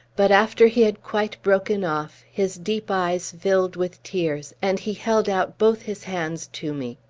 but, after he had quite broken off, his deep eyes filled with tears, and he held out both his hands to me.